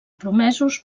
promesos